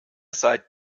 seit